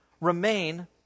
remain